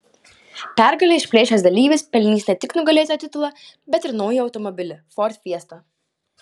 pergalę išplėšęs dalyvis pelnys ne tik nugalėtojo titulą bet ir naują automobilį ford fiesta